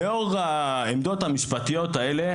לאור העמדות המשפטיות האלה